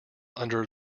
under